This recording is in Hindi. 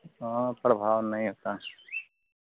हाँ प्रभाव नहीं होता है